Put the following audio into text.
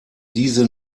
diese